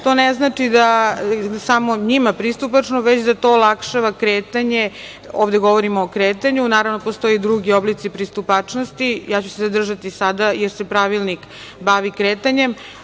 to ne znači da je samo njima pristupačno, već da to olakšava kretanje, ovde govorimo o kretanju. Naravno, postoje i drugi oblici pristupačnosti, ja ću se zadržati sada na kretanju, jer se Pravilnik bavi kretanjem.